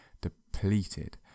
depleted